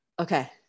Okay